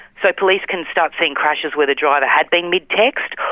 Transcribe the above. so police can start seeing crashes where the driver had been mid-text,